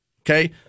okay